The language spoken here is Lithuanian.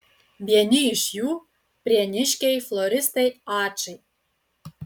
vieni iš jų prieniškiai floristai ačai